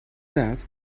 that